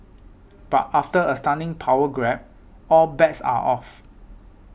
but after a stunning power grab all bets are off